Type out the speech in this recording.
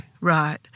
Right